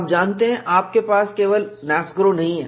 आप जानते हैं आपके पास केवल NASGRO नहीं है